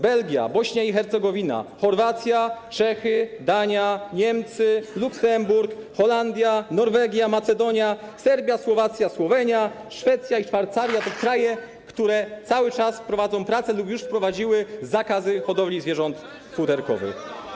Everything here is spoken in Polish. Belgia, Bośnia i Hercegowina, Chorwacja, Czechy, Dania, Niemcy, Luksemburg, Holandia, Norwegia, Macedonia, Serbia, Słowacja, Słowenia, Szwecja i Szwajcaria to kraje, które cały czas prowadzą prace lub już wprowadziły zakaz hodowli zwierząt futerkowych.